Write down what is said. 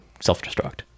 self-destruct